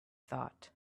thought